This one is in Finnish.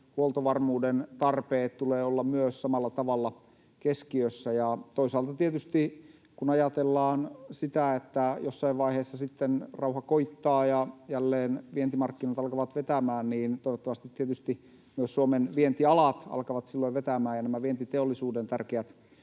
huoltovarmuuden tarpeiden tulee olla samalla tavalla keskiössä. Toisaalta kun ajatellaan sitä, että jossain vaiheessa sitten rauha koittaa ja jälleen vientimarkkinat alkavat vetämään, toivottavasti tietysti myös Suomen vientialat alkavat silloin vetämään. Nämä vientiteollisuuden tärkeät